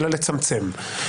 אלא לצמצם.